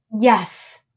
Yes